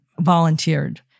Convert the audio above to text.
volunteered